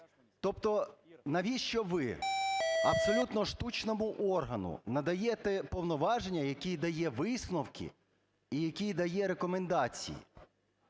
Тобто навіщо ви абсолютно штучному органу надаєте повноваження, який дає висновки і який дає рекомендації?